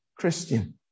Christian